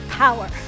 Power